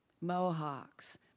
Mohawks